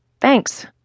Thanks